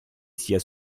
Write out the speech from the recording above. sia